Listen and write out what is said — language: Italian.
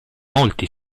molti